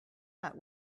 that